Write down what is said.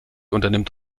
unternimmt